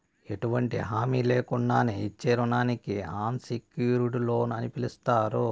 ఎటువంటి హామీ లేకున్నానే ఇచ్చే రుణానికి అన్సెక్యూర్డ్ లోన్ అని పిలస్తారు